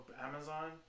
Amazon